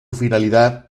finalidad